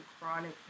chronic